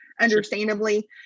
understandably